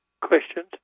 questions